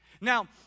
Now